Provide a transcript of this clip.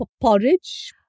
porridge